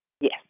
Yes